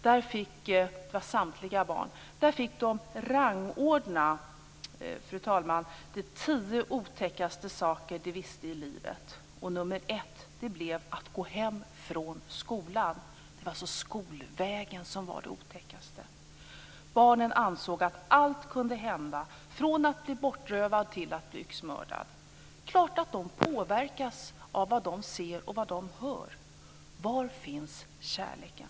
De fick, fru talman, rangordna de tio otäckaste sakerna de visste i livet. Nummer ett blev att gå hem från skolan. Skolvägen var det otäckaste! Barnen ansåg att allt kunde hända från att bli bortrövad till att bli yxmördad. Det är klart att de påverkas av vad de ser och hör. Var finns kärleken?